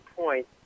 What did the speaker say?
point